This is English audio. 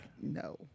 no